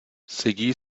sedí